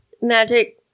magic